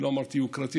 אני לא אמרתי: יוקרתי,